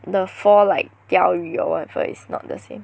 the four like 调语 or whatever is not the same